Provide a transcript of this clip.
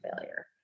failure